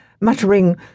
muttering